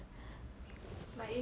ya